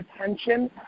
attention